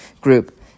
Group